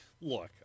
look